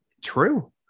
true